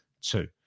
two